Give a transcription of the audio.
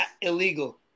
Illegal